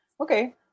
Okay